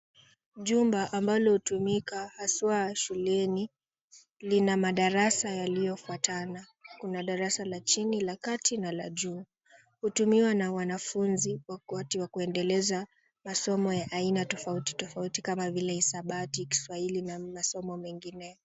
Jumba ambalo hutumika haswaa shuleni lina madarasa yaliyo fwatana. Kuna darasa la chini, la kati na la juu, hutumiwa na wanafunzi wakati wa kuendeleza masomo ya aina tofauti tofauti kama vile hisabiti, kiswahili na masomo mengine.